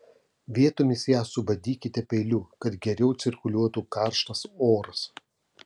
vietomis ją subadykite peiliu kad geriau cirkuliuotų karštas oras